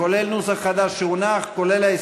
כולל נוסח חדש שהונח,